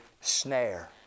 snare